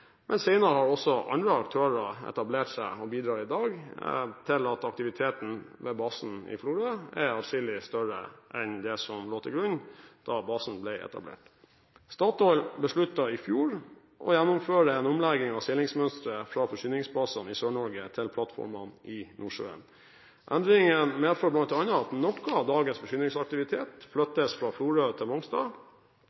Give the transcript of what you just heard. men senere har også andre aktører etablert seg og bidrar i dag til at aktiviteten ved basen i Florø er atskillig større enn det som lå til grunn da basen ble etablert. Statoil besluttet i fjor å gjennomføre en omlegging av seilingsmønsteret fra forsyningsbasene i Sør-Norge til plattformene i Nordsjøen. Endringene medfører bl.a. at noe av dagens